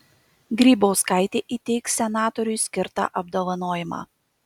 grybauskaitė įteiks senatoriui skirtą apdovanojimą